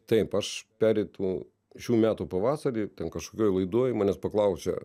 taip aš pereitų šių metų pavasarį ten kažkokioj laidoj manęs paklausė